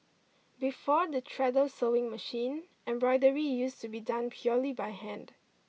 before the treadle sewing machine embroidery used to be done purely by hand